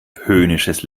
höhnisches